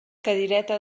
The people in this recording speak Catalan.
cadireta